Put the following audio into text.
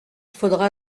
faudra